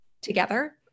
together